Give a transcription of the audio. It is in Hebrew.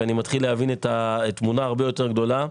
ואני מתחיל להבין את התמונה הרבה יותר גדולה.